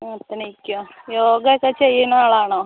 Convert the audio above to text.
ആ എണീക്കുക യോഗ ഒക്കെ ചെയ്യുന്നയാളാണോ